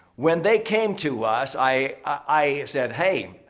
when they came to us, i i said, hey,